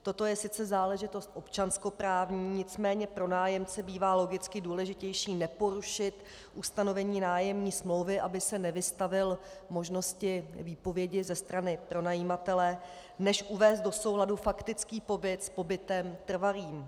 Toto je sice záležitost občanskoprávní, nicméně pro nájemce bývá logicky důležitější neporušit ustanovení nájemní smlouvy, aby se nevystavil možnosti výpovědi ze strany pronajímatele, než uvést do souladu faktický pobyt s pobytem trvalým.